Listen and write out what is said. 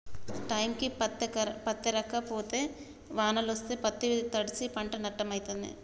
టైంకి పత్తేరక పోతే వానలొస్తే పత్తి తడ్సి పంట నట్టమైనట్టే